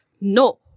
no